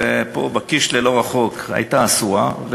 פה בקישלה, לא רחוק, היא הייתה אסורה.